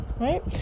right